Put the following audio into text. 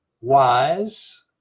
wise